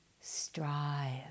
strive